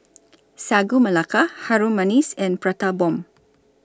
Sagu Melaka Harum Manis and Prata Bomb